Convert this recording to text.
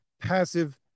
passive